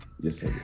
yes